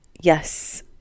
Yes